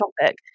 topic